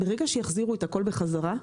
ברגע שיחזירו הכול בחזרה,